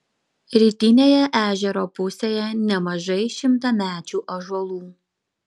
rytinėje ežero pusėje nemažai šimtamečių ąžuolų